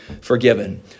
forgiven